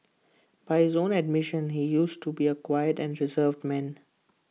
by his own admission he used to be A quiet and reserved man